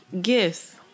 gifts